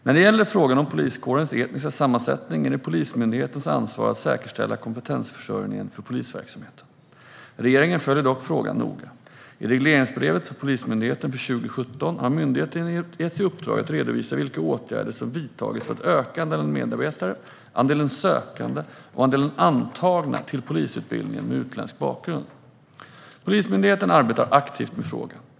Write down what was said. När det gäller frågan om poliskårens etniska sammansättning är det Polismyndighetens ansvar att säkerställa kompetensförsörjningen för polisverksamheten. Regeringen följer dock frågan noga. I regleringsbrevet för Polismyndigheten för 2017 har myndigheten getts i uppdrag att redovisa vilka åtgärder som har vidtagits för att öka andelen medarbetare, andelen sökande och andelen antagna till polisutbildningen med utländsk bakgrund. Polismyndigheten arbetar aktivt med frågan.